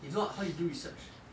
if not how you do research